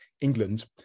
England